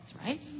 right